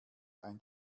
ein